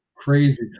Crazy